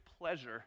pleasure